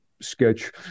sketch